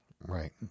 Right